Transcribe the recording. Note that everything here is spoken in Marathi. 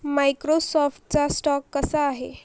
मायक्रोसॉफ्टचा स्टॉक कसा आहे